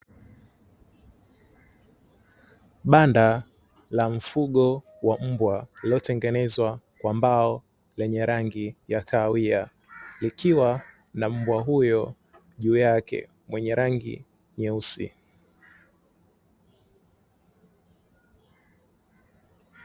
Banda la mfugo wa mbwa lililotengenezwa kwa mbao lenye rangi ya kahawia, likiwa na mbwa huyo juu yake mwenye rangi nyeusi.